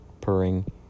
purring